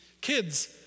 kids